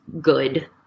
good